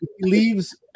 leaves